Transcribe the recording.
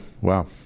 wow